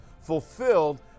fulfilled